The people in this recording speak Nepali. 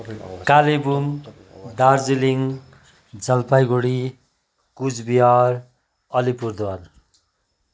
कालेबुङ दार्जिलिङ जलपाइगुडी कुचबिहार अलिपुरद्वार